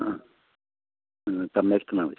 ആ തന്നാൽ മതി